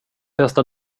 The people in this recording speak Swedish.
bästa